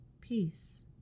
peace